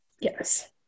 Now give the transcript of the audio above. Yes